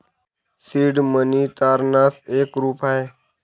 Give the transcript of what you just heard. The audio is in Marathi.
सीड मनी तारणाच एक रूप आहे